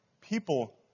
people